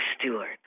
Stewart